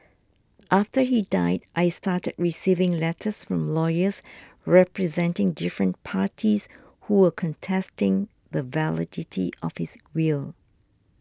after he died I started receiving letters from lawyers representing different parties who were contesting the validity of his will